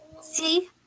See